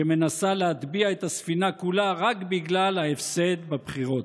שמנסה להטביע את הספינה כולה רק בגלל ההפסד בבחירות.